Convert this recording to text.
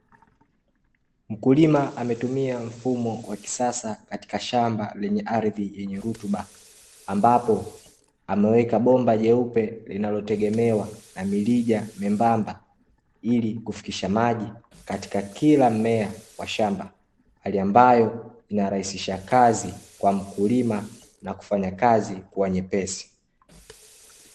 Mkulima ametumia mfumo wa kisasa katika shamba lenye ardhi yenye rutuba ambapo ameweka bomba jeupe linalotegemewa na mirija membamba ili kufikisha maji katika kila mmea wa shamba, hali ambayo inarahisisha kazi kwa mkulima na kufanya kazi kuwa nyepesi.